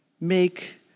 make